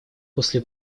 после